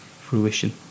fruition